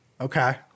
Okay